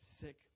sick